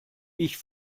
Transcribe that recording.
ich